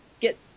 get